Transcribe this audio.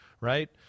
right